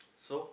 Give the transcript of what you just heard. so